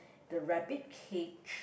the rabbit cage